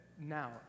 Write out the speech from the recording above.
now